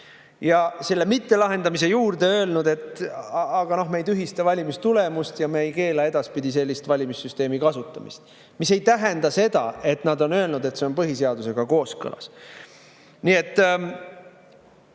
Selle mittelahendamise juurde on öelnud, et aga me ei tühista valimistulemusi ja me ei keela edaspidi sellise valimissüsteemi kasutamist. See ei tähenda seda, et nad oleks öelnud, et see on põhiseadusega kooskõlas. Küll aga